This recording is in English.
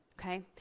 okay